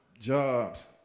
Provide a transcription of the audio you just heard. jobs